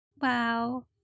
Wow